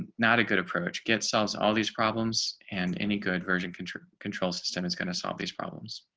not a good approach get solves all these problems and any good version control, control system is going to solve these problems.